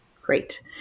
Great